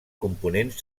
components